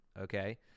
Okay